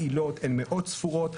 העילות הן מאוד ספורות,